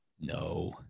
No